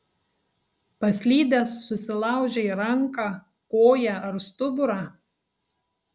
paslydęs susilaužei ranką koją ar stuburą